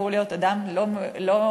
זה אמור להיות אדם לא מחובר,